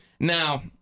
Now